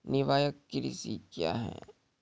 निवाहक कृषि क्या हैं?